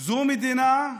זו מדינה,